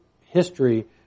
history